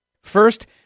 First